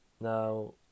now